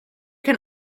can